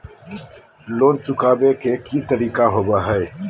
Loan चुकाबे के की तरीका होबो हइ?